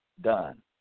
done